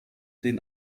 den